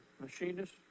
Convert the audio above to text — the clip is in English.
machinist